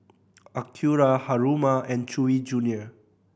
Acura Haruma and Chewy Junior